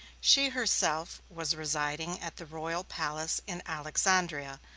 she herself was residing at the royal palace in alexandria,